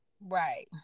Right